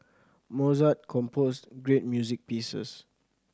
Mozart composed great music pieces